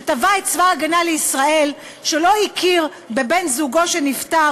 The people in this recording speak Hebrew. שתבע את צבא ההגנה לישראל שלא הכיר בבן-זוגו שנפטר,